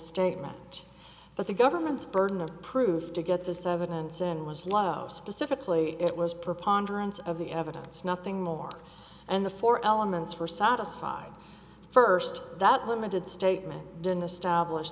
statement but the government's burden of proof to get this evidence in was low specifically it was preponderance of the evidence nothing more and the four elements were satisfied first that limited statement didn't establish